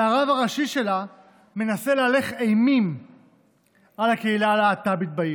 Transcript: והרב הראשי שלה מנסה להלך אימים על הקהילה הלהט"בית בעיר,